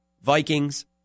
Vikings